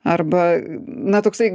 arba na toksai